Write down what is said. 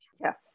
Yes